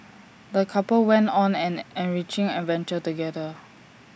the couple went on an enriching adventure together